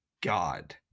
God